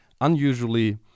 unusually